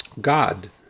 God